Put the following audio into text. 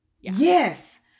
Yes